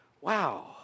wow